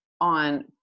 on